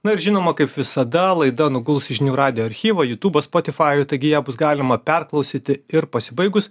na ir žinoma kaip visada laida nuguls į žinių radijo archyvą jutubą spotifajų ir taigi ją bus galima perklausyti ir pasibaigus